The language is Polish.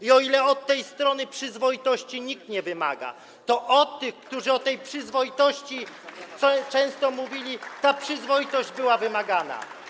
I o ile od tej strony przyzwoitości nikt nie wymaga, to od tych, którzy o tej przyzwoitości często mówili, ta przyzwoitość była wymagana.